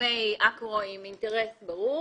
בפיגומי אקרו, עם אינטרס ברור,